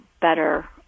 better